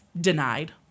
denied